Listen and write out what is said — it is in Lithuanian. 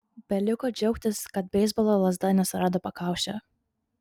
beliko džiaugtis kad beisbolo lazda nesurado pakaušio